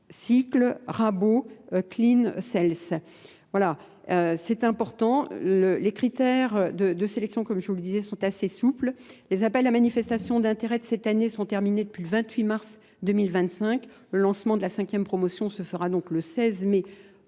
Cycle, Rimbaud, Clean, CELS. Voilà, c'est important. Les critères de sélection, comme je vous le disais, sont assez souples. Les appels à manifestation d'intérêt de cette année sont terminés depuis le 28 mars 2025. Le lancement de la cinquième promotion se fera donc le 16 mai